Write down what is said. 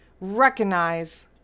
recognize